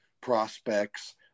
prospects